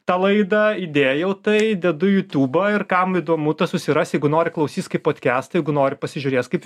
tą laidą įdėjau tai dedu į jutubą ir kam įdomu tas susiras jeigu nori klausys kaip podkestą jeigu nori pasižiūrės kaip